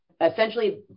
essentially